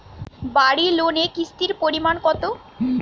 বাড়ি লোনে কিস্তির পরিমাণ কত?